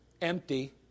empty